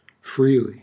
freely